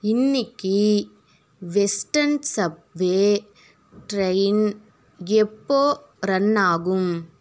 இன்னைக்கி western subway train எப்போது run ஆகும்